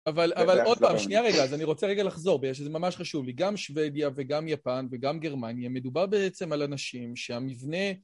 אבל עוד פעם, שנייה רגע, אז אני רוצה רגע לחזור בגלל שזה ממש חשוב לי. גם שוודיה וגם יפן וגם גרמניה מדובר בעצם על אנשים שהמבנה...